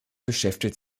beschäftigt